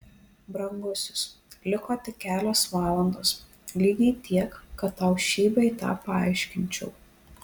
brangusis liko tik kelios valandos lygiai tiek kad tau šį bei tą paaiškinčiau